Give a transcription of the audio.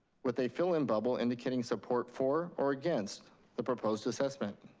with a fill in bubble indicating support for or against the proposed assessment.